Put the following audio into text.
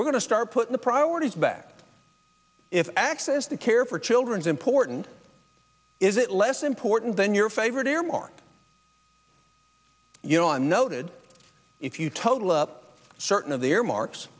we're going to start putting the priorities back if access to care for children is important is it less important than your favorite earmark you know i'm noted if you total up certain of the earmarks